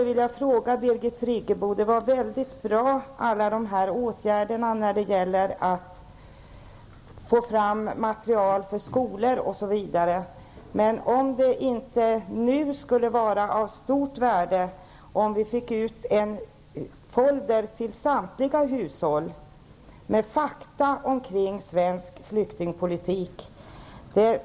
Alla dessa åtgärder för att få fram material till skolor osv. är mycket bra, men jag vill fråga Birgit Friggebo om det inte skulle vara av stort värde om vi nu fick ut en folder till samtliga hushåll med fakta om svensk flyktingpolitik.